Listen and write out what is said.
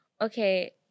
Okay